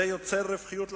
זה יוצר רווחיות לחברות,